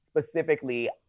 specifically